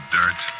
dirt